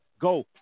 go